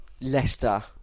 Leicester